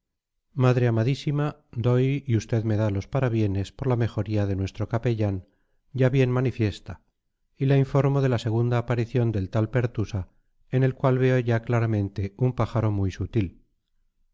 madre amadísima doy y usted me da los parabienes por la mejoría de nuestro capellán ya bien manifiesta y la informo de la segunda aparición del tal pertusa en el cual veo ya claramente un pájaro muy sutil